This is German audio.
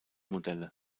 modelle